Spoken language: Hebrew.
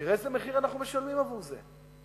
תראה איזה מחיר אנחנו משלמים עבור זה.